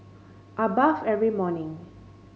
I bathe every morning